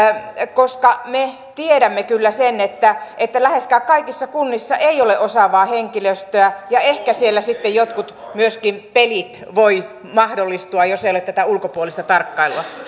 me tiedämme kyllä sen että että läheskään kaikissa kunnissa ei ole osaavaa henkilöstöä ja ehkä siellä sitten myöskin jotkut pelit voivat mahdollistua jos ei ole tätä ulkopuolista tarkkailua